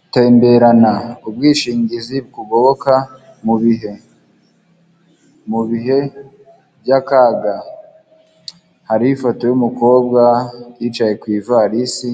Gutemberana, ubwishingizi buboka mu bihe, mu bihe by'akaga hariho ifoto y'umukobwa yicaye ku ivarisi